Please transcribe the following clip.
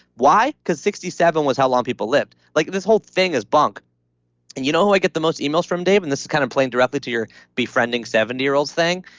why? because sixty seven was how long people lived. like this whole thing is bunk and you do know who i get the most emails from, dave? and this is kind of playing directly to your befriending seventy year old thing.